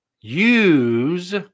Use